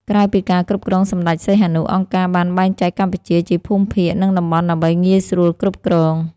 ក្រៅពីការគ្រប់គ្រងសម្តេចសីហនុ អង្គការបានបែងចែកកម្ពុជាជាភូមិភាគ និងតំបន់ដើម្បីងាយស្រួលគ្រប់គ្រង។